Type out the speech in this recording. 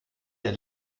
der